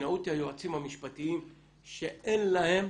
שכנעו אותי היועצים המשפטיים שאין להם